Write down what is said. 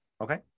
okay